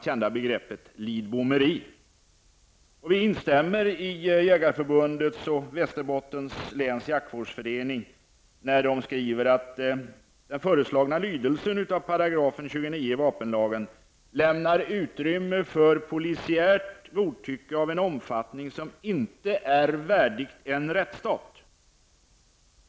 Den föreslagna lydelsen ser vi alltså som ännu ett exempel på s.k. Lidbomeri -- ett gammalt känt begrepp. Vi instämmer i vad Jägareförbundet och ''-- föreslagen lydelse av paragraf 29 i vapenlagen lämnar utrymme för polisiärt godtycke av en omfattning som inte är värdigt en rättsstat.